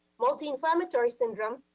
multi inflammatory syndrome,